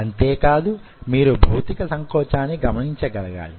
అంతే కాదు మీరు భౌతిక సంకోచాన్ని గమనించగలగాలి